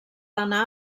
anar